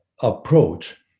approach